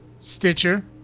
Stitcher